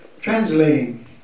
translating